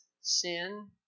sin